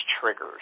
triggers